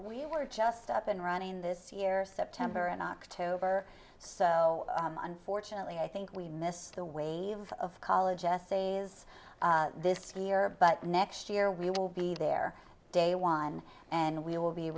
we were just up and running this year september and october so unfortunately i think we missed the wave of college essay is this fear but next year we will be there day one and we will be